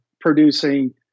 producing